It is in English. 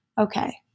Okay